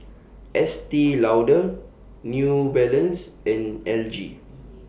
Estee Lauder New Balance and L G